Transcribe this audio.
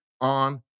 on